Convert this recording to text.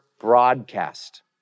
broadcast